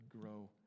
grow